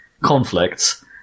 conflicts